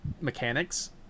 mechanics